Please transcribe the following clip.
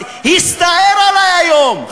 הסתער עלי היום,